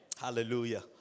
Hallelujah